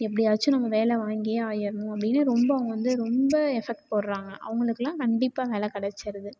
எப்படியாச்சும் நம்ம வேலை வாங்கியே ஆயிடணும் அப்படின்னு ரொம்ப அவங்க வந்து ரொம்ப எஃபெக்ட் போடுறாங்க அவங்களுகெல்லாம் கண்டிப்பாக வேலை கிடச்சுருது